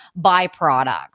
byproducts